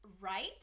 Right